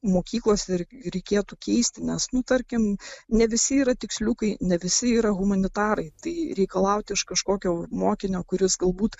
mokyklose reikėtų keisti nes nu tarkim ne visi yra tiksliukai ne visi yra humanitarai tai reikalauti iš kažkokio mokinio kuris galbūt